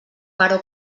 però